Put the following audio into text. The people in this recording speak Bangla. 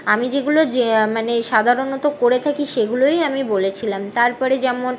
আমি যেগুলো যে মানে সাধারণত করে থাকি সেগুলোই আমি বলেছিলাম তারপরে যেমন